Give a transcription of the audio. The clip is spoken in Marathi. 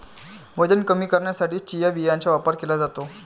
वजन कमी करण्यासाठी चिया बियांचा वापर केला जातो